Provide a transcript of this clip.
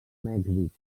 mèxic